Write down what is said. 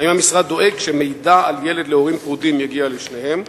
2. האם המשרד דואג שמידע על ילד להורים פרודים יגיע לשניהם?